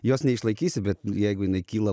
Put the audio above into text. jos neišlaikysi bet jeigu jinai kyla